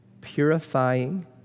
purifying